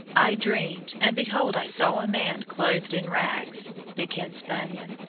i dreamed, and behold i saw a man clothed in rags, begins bunyan,